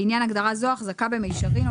לעניין הגדרה זו החזקה במישרין או